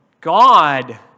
God